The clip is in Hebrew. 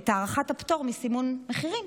את הארכת הפטור מסימון מחירים?